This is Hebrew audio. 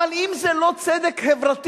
אבל אם זה לא צדק חברתי,